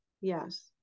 yes